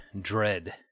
Dread